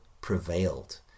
prevailed